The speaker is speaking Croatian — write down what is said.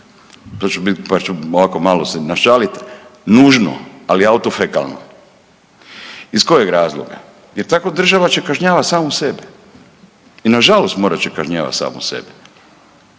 pa ću ovako malo se našalit, nužno, ali autofekalno. Iz kojeg razloga? Jer tako država će kažnjavat samu sebe i nažalost morat će kažnjavat samu sebe.